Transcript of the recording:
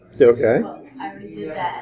Okay